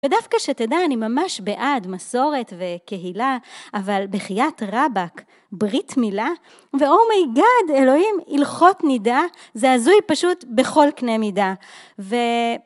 ודווקא שתדע אני ממש בעד מסורת וקהילה אבל בחיית רבק ברית מילה ואומייגאד אלוהים הלכות נידה זה הזוי פשוט בכל קנה מידה